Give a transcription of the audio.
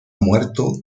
muerto